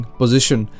position